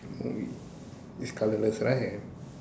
it's colourless right